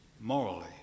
morally